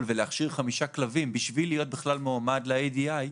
ולהכשיר חמישה כלבים בשביל להיות מועמד ל-ADI.